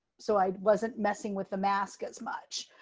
so i wasn't messing with the mask as much,